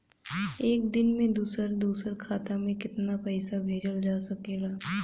एक दिन में दूसर दूसर खाता में केतना पईसा भेजल जा सेकला?